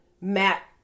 Matt